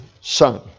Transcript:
son